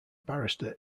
barrister